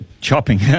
Chopping